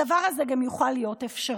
הדבר הזה גם יוכל להיות אפשרי.